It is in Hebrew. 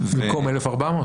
במקום 1,400,